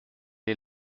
est